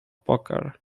poker